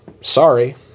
Sorry